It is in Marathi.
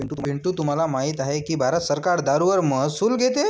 पिंटू तुम्हाला माहित आहे की भारत सरकार दारूवर महसूल घेते